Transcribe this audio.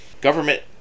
government